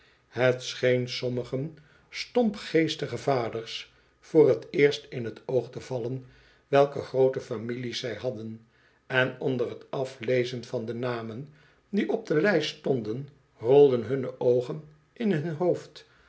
het scheen sommigen stompgeestigen vaders voor t eerst in t oog te vallen welke groote families zij hadden en onder t aflezen van de namen die op de lijst stonden rolden hunne oogen in hun hoofd